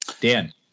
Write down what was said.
Dan